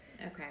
Okay